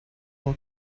will